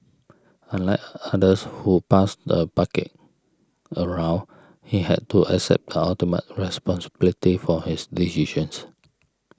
unlike others who passed the bucket around he had to accept the ultimate responsibility for his decisions